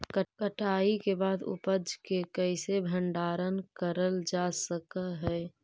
कटाई के बाद उपज के कईसे भंडारण करल जा सक हई?